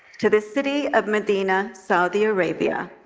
to the city of medina, saudi arabia.